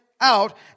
out